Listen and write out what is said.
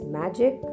magic